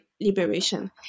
liberation